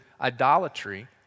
idolatry